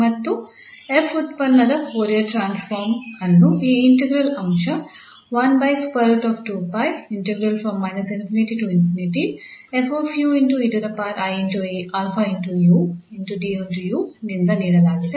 ಮತ್ತು 𝑓 ಉತ್ಪನ್ನದ Fourier transform ಅನ್ನು ಈ ಇಂಟಿಗ್ರಾಲ್ ಅಂಶ ನಿಂದ ನೀಡಲಾಗಿದೆ